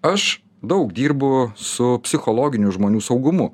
aš daug dirbu su psichologiniu žmonių saugumu